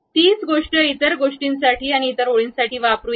तीच गोष्ट इतर ओळींसाठी वापरुया